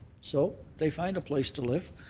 so they find a place to live,